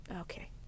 okay